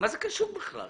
מה זה קשור בכלל?